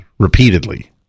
Repeatedly